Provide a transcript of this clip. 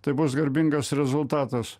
tai bus garbingas rezultatas